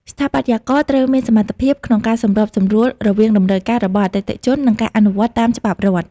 ស្ថាបត្យករត្រូវមានសមត្ថភាពក្នុងការសម្របសម្រួលរវាងតម្រូវការរបស់អតិថិជន និងការអនុវត្តតាមច្បាប់រដ្ឋ។